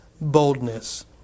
boldness